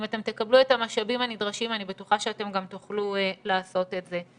אם אתם תקבלו את המשאבים הנדרשים אני בטוחה שאתם גם תוכלו לעשות את זה.